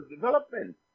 development